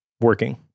working